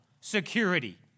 security